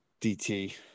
DT